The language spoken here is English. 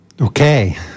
Okay